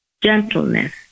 gentleness